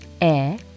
Air